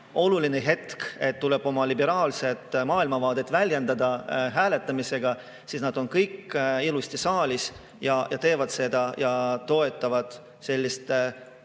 oluline hetk, et tuleb oma liberaalset maailmavaadet väljendada hääletamisega, siis nad on kõik ilusti saalis ja teevad seda ja toetavad sellist